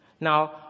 Now